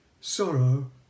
sorrow